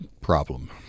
problem